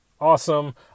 awesome